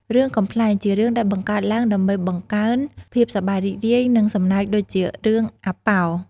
រឿងកំប្លែង ជារឿងដែលបង្កើតឡើងដើម្បីបង្កើន ភាពសប្បាយរីករាយ និងសំណើចដូចជា រឿងអាប៉ោ។